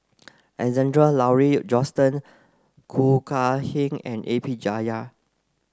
Alexander Laurie Johnston Khoo Kay Hian and A P